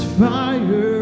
fire